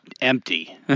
Empty